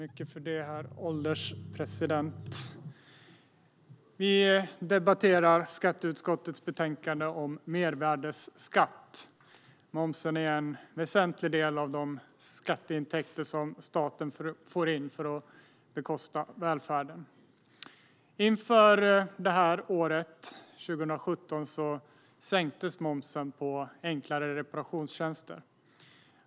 Herr ålderspresident! Vi debatterar skatteutskottets betänkande om mervärdesskatt. Momsen är en väsentlig del av de skatteintäkter som staten får in för att bekosta välfärden. Inför det här året, 2017, sänktes momsen på enklare reparationstjänster.